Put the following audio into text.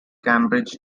cambridge